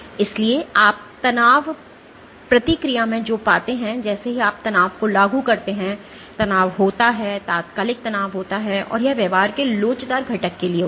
इसलिए आप तनाव प्रतिक्रिया में जो पाते हैं जैसे ही आप तनाव को लागू करते हैं तनाव होता है तात्कालिक तनाव होता है और यह व्यवहार के लोचदार घटक के लिए होता है